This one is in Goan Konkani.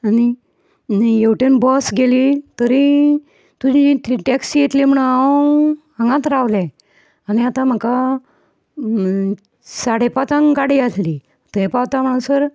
हेवटेन बस गेली तरी तुजी टॅक्सी येतली म्हूण हांव हांगांत रावलें आनी आतां म्हाका साडे पांचांक गाडी आसली थंय पावता म्हणसर